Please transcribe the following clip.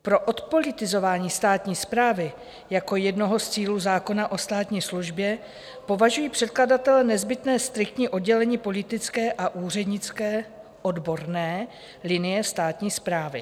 Pro odpolitizování státní správy jako jednoho z cílů zákona o státní službě považují předkladatelé nezbytné striktní oddělení politické a úřednické, odborné linie státní správy.